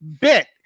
bit